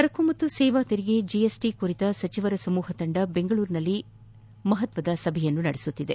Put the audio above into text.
ಸರಕು ಮತ್ತು ಸೇವಾ ತೆರಿಗೆ ಜಿಎಸ್ಟಿ ಕುರಿತ ಸಚಿವರ ಸಮೂಹ ತಂಡ ಬೆಂಗಳೂರಿನಲ್ಲಿ ಸಭೆ ಮಹತ್ವದ ಸಭೆ ನಡೆಸುತ್ತಿದೆ